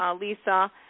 Lisa